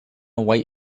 white